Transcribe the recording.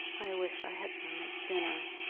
i wish i had known it sooner,